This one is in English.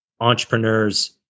entrepreneurs